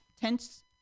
tense